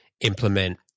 implement